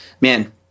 man